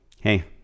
Hey